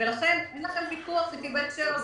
לכן, אין לכם ויכוח איתי בהקשר הזה.